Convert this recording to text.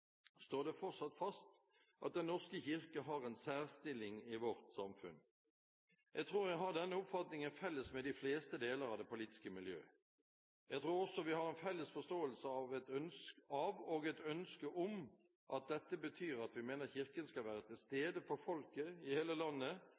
står det fortsatt fast at Den norske kirke har en særstilling i vårt samfunn. Jeg tror jeg har denne oppfatningen felles med de fleste deler av det politiske miljø. Jeg tror også vi har en felles forståelse av og et ønske om at dette betyr at vi mener Kirken skal være til